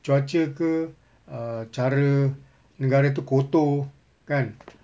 cuaca ke err cara negara itu kotor kan